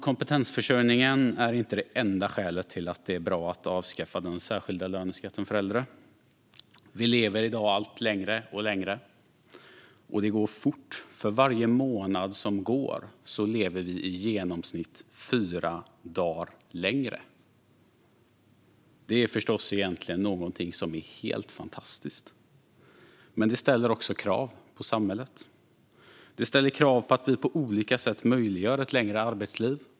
Kompetensförsörjningen är inte det enda skälet till att det är bra att avskaffa den särskilda löneskatten för äldre. Vi lever i dag allt längre, och det går fort. För varje månad som går lever vi i genomsnitt fyra dagar längre. Det är förstås egentligen någonting som är helt fantastiskt. Men det ställer också krav på samhället. Det ställer krav på att vi på olika sätt möjliggör ett längre arbetsliv.